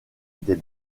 des